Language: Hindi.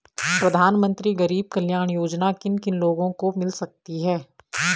प्रधानमंत्री गरीब कल्याण योजना किन किन लोगों को मिल सकती है?